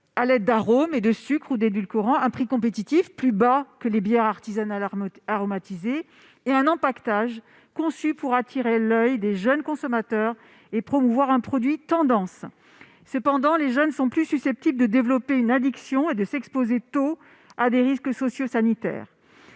-à l'aide d'arômes, de sucres ou d'édulcorants ; un prix compétitif, inférieur à celui des bières artisanales aromatisées ; enfin, un empaquetage conçu pour attirer l'oeil des jeunes consommateurs et promouvoir un produit « tendance ». Cependant, les jeunes sont plus susceptibles de développer une addiction et, ainsi, de s'exposer tôt à des risques sociaux et sanitaires.